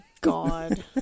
God